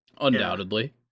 undoubtedly